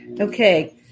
Okay